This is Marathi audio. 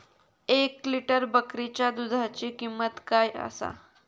एक लिटर बकरीच्या दुधाची किंमत काय आसा?